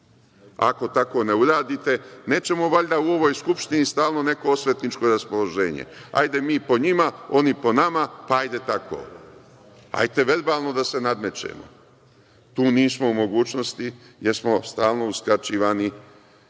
tako ne uradite, nećemo valjda u ovoj Skupštini stalno neko osvetničko raspoloženje. Hajde mi po njima, oni po nama, pa, hajde tako. Hajde verbalno da se nadmećemo. Tu nismo u mogućnosti, jer smo stalno uskraćivani